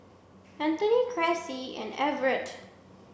Antony Cressie and Everett